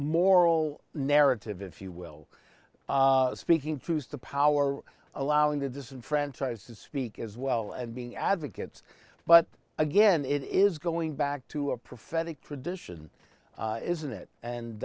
moral narrative if you will speaking truth to power allowing the disenfranchised to speak as well and being advocates but again it is going back to a prophetic tradition isn't it